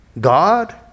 God